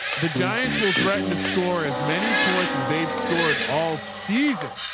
the giants will threaten to score as many points as they've scored all season.